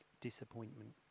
disappointment